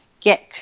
get